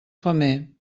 femer